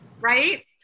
Right